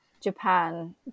japan